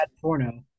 porno